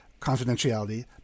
confidentiality